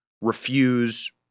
refuse